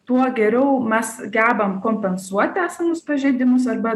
tuo geriau mes gebam kompensuoti esamus pažeidimus arba